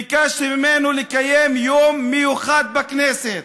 ביקשתי ממנו לקיים יום מיוחד בכנסת,